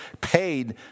paid